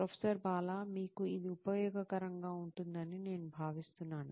professor Bala మీకు ఇది ఉపయోగకరంగా ఉంటుందని నేను భావిస్తున్నాను